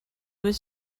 was